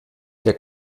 der